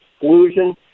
exclusion